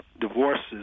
divorces